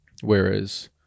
Whereas